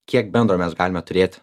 kiek bendro mes galime turėti